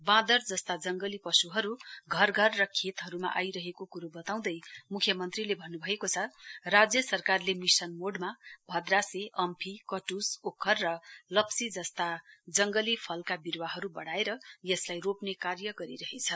बाँदर जस्ता जंगली पश्हरू घर घर र खेतहरूमा आइरहेको क्रो बताँदै म्ख्यमन्त्रीले भन्न् भएको छ राज्य सरकारले मिशन मोडमा भद्रासे अम्फी कट्स ओखर र लप्ची जस्ता जंगली फलहरूका विरूवाहरू बढाएस यसलाई रोप्ने कार्य गरिरहेछ